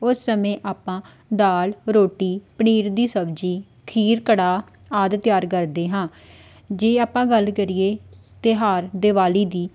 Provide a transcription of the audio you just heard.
ਉਸ ਸਮੇਂ ਆਪਾਂ ਦਾਲ ਰੋਟੀ ਪਨੀਰ ਦੀ ਸਬਜ਼ੀ ਖੀਰ ਕੜਾਹ ਆਦਿ ਤਿਆਰ ਕਰਦੇ ਹਾਂ ਜੇ ਆਪਾਂ ਗੱਲ ਕਰੀਏ ਤਿਉਹਾਰ ਦਿਵਾਲੀ ਦੀ